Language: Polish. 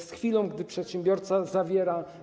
Z chwilą, gdy przedsiębiorca zawiera.